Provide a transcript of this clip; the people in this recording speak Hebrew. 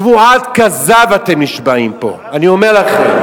שבועת כזב אתם נשבעים פה, אני אומר לכם.